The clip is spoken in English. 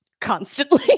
constantly